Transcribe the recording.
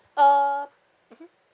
uh mmhmm